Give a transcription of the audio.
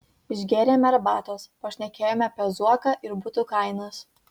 išgėrėme arbatos pašnekėjome apie zuoką ir butų kainas